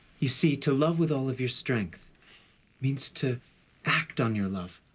you see to love with all of your strength means to act on your love.